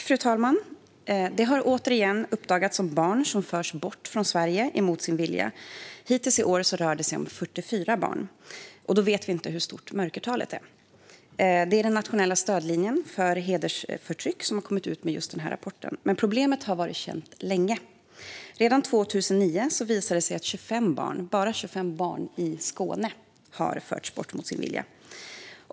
Fru talman! Det har återigen uppdagats att barn förs bort från Sverige mot sin vilja. Hittills i år rör det sig om 44 barn, och då vet vi inte hur stort mörkertalet är. Det är Nationella stödtelefonen mot hedersförtryck som har gett ut just denna rapport, men problemet har varit känt länge. Redan år 2009 visade det sig att bara i Skåne hade 25 barn förts bort mot sin vilja.